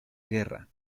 guerra